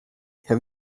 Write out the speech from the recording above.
have